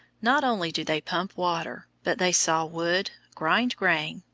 not only do they pump water, but they saw wood, grind grain,